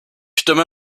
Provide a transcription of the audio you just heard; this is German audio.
stimme